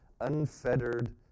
unfettered